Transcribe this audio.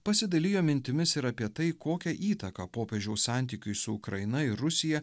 pasidalijo mintimis ir apie tai kokią įtaką popiežiaus santykiui su ukraina ir rusija